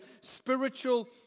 spiritual